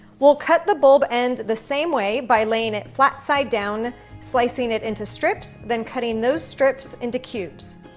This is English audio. we'll cut the bulb end the same way by laying it flat side down slicing it into strips then cutting those strips into cubes.